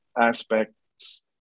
aspects